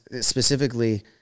specifically